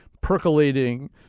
percolating